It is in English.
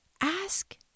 ask